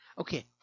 Okay